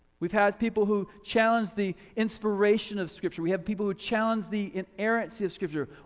we've had people who challenge the inspiration of scripture, we have people who challenge the inherency of scripture,